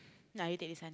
now you take this one